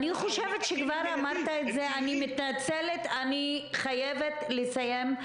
כבר אמרת את זה, אני מתנצלת, אני חייבת לסיים.